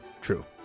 true